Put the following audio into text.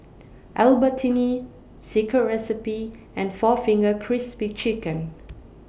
Albertini Secret Recipe and four Fingers Crispy Chicken